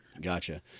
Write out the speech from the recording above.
Gotcha